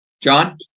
John